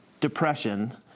depression